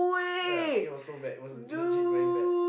ya it was so bad it was legit very bad